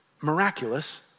miraculous